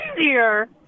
easier